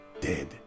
dead